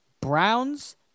Browns